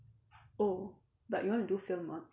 oh but you want to do film mods